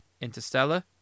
Interstellar